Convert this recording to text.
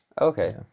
okay